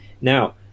Now